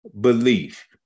belief